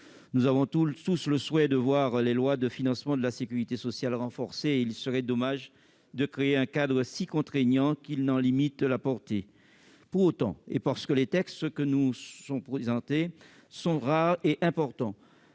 Nous partageons tous le souhait de voir les lois de financement de la sécurité sociale renforcées ; il serait dommage de créer un cadre si contraignant qu'il limite leur portée. Pour autant, parce que les textes qui nous sont présentés sont rares et importants,